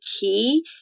key